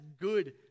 good